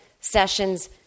Sessions